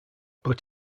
but